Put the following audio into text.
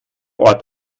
ort